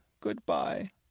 Goodbye